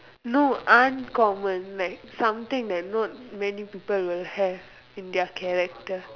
no uncommon like something that not many people will have in their character